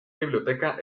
biblioteca